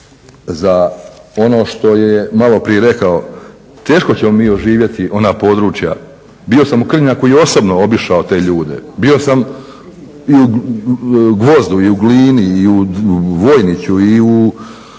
za ono što je maloprije rekao teško ćemo mi oživjeti ona područja. Bio sam u Krnjaku i osobno obišao te ljude, bio sam i u Gvozdu i u Glini i u Vojniću i u